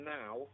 now